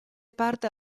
parte